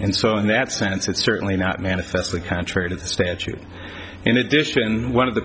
and so in that sense it's certainly not manifestly contrary to the statute in addition one of the